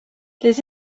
les